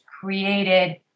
created